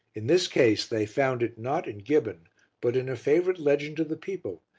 in this case they found it not in gibbon but in a favourite legend of the people,